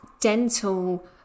dental